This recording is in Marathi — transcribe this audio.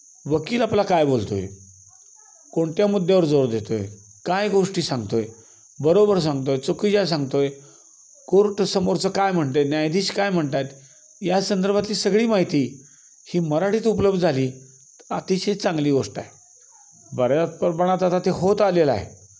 वकील आपला काय बोलतो आहे कोणत्या मुद्द्यावर जोर देतो आहे काय गोष्टी सांगतो आहे बरोबर सांगतो आहे चुकीच्या सांगतो आहे कोर्ट समोरचं काय म्हणतं आहे न्यायाधीश काय म्हणतात या संदर्भातली सगळी माहिती ही मराठीत उपलब्ध झाली तर अतिशय चांगली गोष्ट आहे बऱ्याच प्रमाणात आता ते होत आलेलं आहे